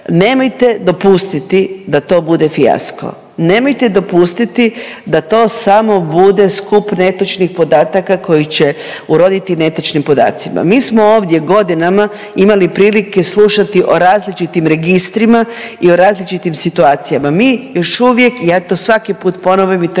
nemojte dopustiti da to bude fijasko. Nemojte dopustiti da to samo bude skup netočnih podataka koji će uroditi netočnim podacima. Mi smo ovdje godinama imali prilike slušati o različitim registrima i o različitim situacijama. Mi još uvijek, ja to svaki put ponovim i to